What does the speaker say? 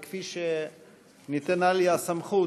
וכפי שניתנה לי הסמכות,